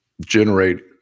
generate